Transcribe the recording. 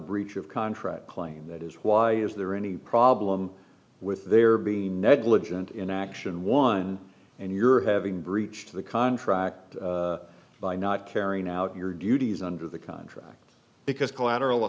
breach of contract claim that is why is there any problem with their being negligent in action one and you're having breached the contract by not carrying out your duties under the contract because collateral